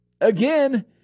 Again